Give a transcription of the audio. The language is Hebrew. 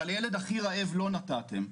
אבל לילד הכי רעב לא נתתם.